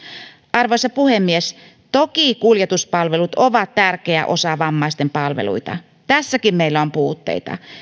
arvoisa puhemies toki kuljetuspalvelut ovat tärkeä osa vammaisten palveluita tässäkin meillä on puutteita